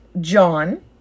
John